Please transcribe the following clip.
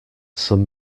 some